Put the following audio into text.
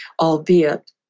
albeit